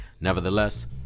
Nevertheless